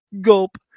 gulp